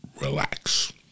Relax